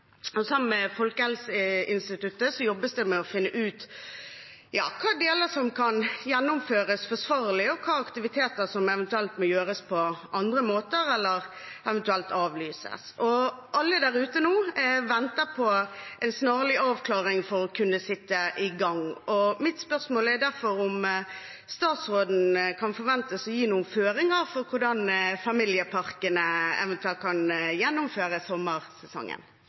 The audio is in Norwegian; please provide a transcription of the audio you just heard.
Sammen med Folkehelseinstituttet jobbes det med å finne ut hvilke deler som kan gjennomføres forsvarlig, og hvilke aktiviteter som eventuelt må gjøres på andre måter eller eventuelt avlyses. Alle der ute venter nå på en snarlig avklaring for å kunne sette i gang. Mitt spørsmål er derfor om statsråden kan forventes å gi noen føringer for hvordan familieparkene eventuelt kan gjennomføre sommersesongen.